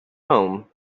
home